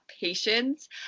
patience